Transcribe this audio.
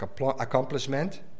accomplishment